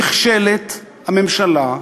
נכשלת הממשלה,